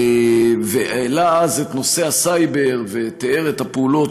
והעלה אז את נושא הסייבר ותיאר את הפעולות